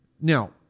Now